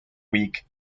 week